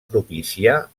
propiciar